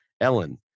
ellen